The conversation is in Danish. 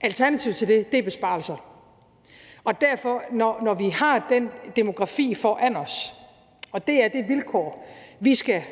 Alternativet til det er besparelser. Så derfor bliver man, når vi har den demografi foran os, og det er det vilkår, vi skal